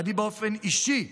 אני באופן אישי,